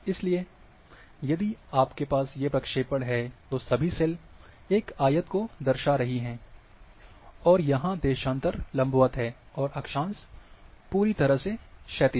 इसलिए यदि आपके पास ये प्रक्षेपण है तो सभी सेल एक आयत को दर्शा रही हैं और यहाँ देशांतर लंबवत हैं और अक्षांश पूरी तरह से क्षैतिज